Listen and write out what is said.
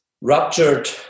ruptured